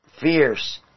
fierce